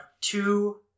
two